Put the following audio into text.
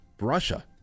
Russia